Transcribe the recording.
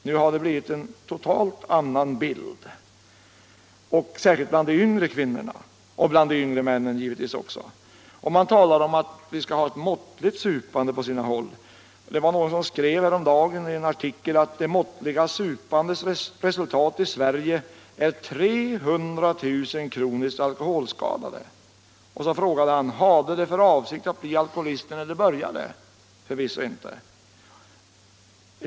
Nu har det blivit en totalt annan bild, särskilt bland de yngre kvinnorna och givetvis också bland de yngre männen. Man talar på sina håll om ett måttligt supande. Det var någon som häromdagen skrev i en artikel att det måttliga supandets resultat i Sverige är 300 000 kroniskt alkoholskadade. Och så frågade han: Hade de för avsikt att bli alkoholister när de började? Förvisso inte.